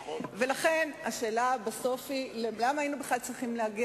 ל"נתיב" וגם לכל אלה שפעלו והעלו יהודים